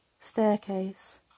staircase